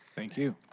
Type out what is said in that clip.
thank you.